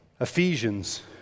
Ephesians